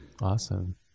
awesome